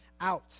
out